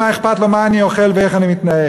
מה אכפת לו מה אני אוכל ואיך אני מתנהג.